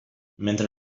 mentre